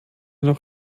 noch